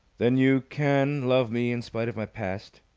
then you can love me in spite of my past?